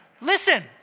Listen